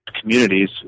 communities